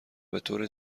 بطور